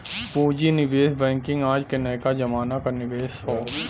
पूँजी निवेश बैंकिंग आज के नयका जमाना क निवेश हौ